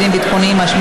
ולא נחה עד הרגע הזה ממש,